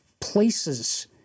places